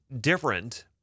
different